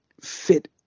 fit